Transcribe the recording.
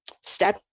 step